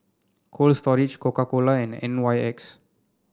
Cold Storage Coca Cola and N Y X